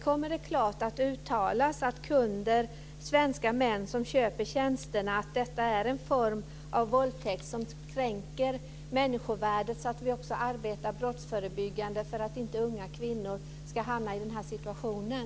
Kommer det klart att uttalas att det när kunder, svenska män, köper tjänsterna är en form av våldtäkt som kränker människovärdet? Då arbetar vi också brottsförebyggande för att inte unga kvinnor ska hamna i den här situationen.